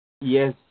Yes